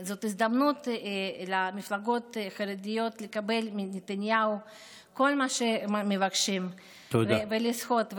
זו הזדמנות למפלגות החרדיות לקבל מנתניהו כל מה שהן מבקשות ולסחוט.